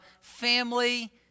family